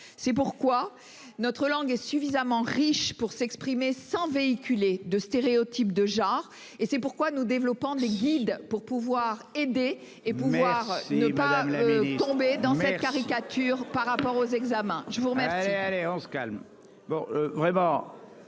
C'est pourquoi notre langue est suffisamment riche pour s'exprimer sans véhiculer de stéréotypes de genre et c'est pourquoi nous développons les guides pour pouvoir aider et pouvoir ne pas tomber dans cette caricature par rapport aux examens, je vous remercie. Allez, allez, on se calme.